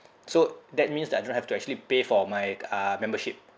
so that means that I don't have to actually pay for my uh membership